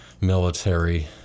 military